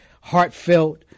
heartfelt